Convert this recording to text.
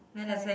correct